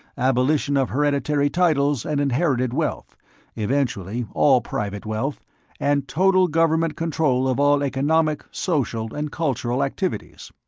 abolition of hereditary titles and inherited wealth eventually, all private wealth and total government control of all economic, social and cultural activities.